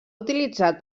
utilitzat